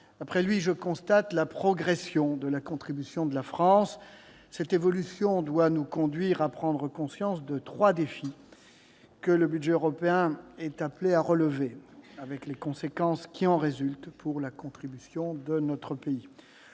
Après lui, je constate la progression de la contribution de la France. Cette évolution doit nous conduire à prendre conscience des trois défis que le budget européen est appelé à relever, avec les conséquences qui en résultent pour la contribution de notre pays.